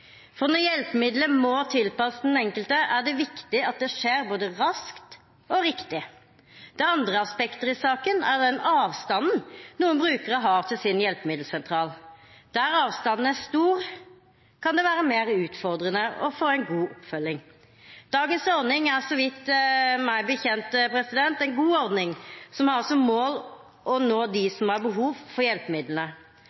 For når hjelpemiddelet må tilpasses den enkelte, er det viktig at det skjer både raskt og riktig. Det andre aspektet i saken er den avstanden noen brukere har til sin hjelpemiddelsentral. Der avstanden er stor, kan det være mer utfordrende å få god oppfølging. Dagens ordning er så vidt meg bekjent en god ordning, som har som mål å nå